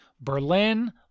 Berlin